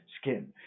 skin